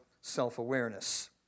self-awareness